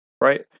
right